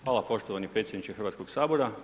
Hvala poštovani predsjedniče Hrvatskog sabora.